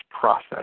process